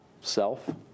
self